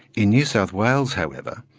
in new south wales however,